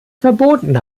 verboten